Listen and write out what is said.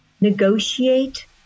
negotiate